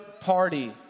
party